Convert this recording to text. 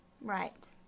Right